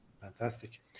Fantastic